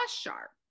sharp